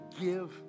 give